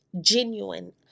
Genuine